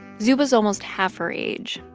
zhu was almost half her age,